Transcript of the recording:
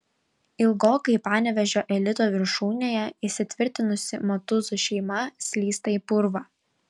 ilgokai panevėžio elito viršūnėje įsitvirtinusi matuzų šeima slysta į purvą